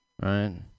right